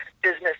business